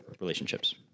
relationships